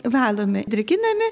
valomi drėkinami